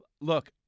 Look